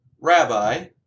Rabbi